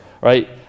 right